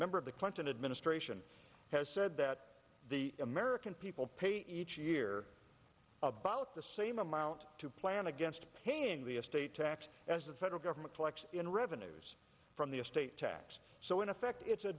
member of the clinton administration has said that the american people pay each year about the same amount to plan against paying the estate tax as the federal government collects in revenues from the estate tax so in effect it's a